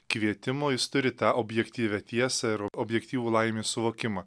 kvietimo jis turi tą objektyvią tiesą ir objektyvų laimės suvokimą